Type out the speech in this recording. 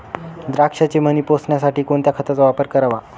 द्राक्षाचे मणी पोसण्यासाठी कोणत्या खताचा वापर करावा?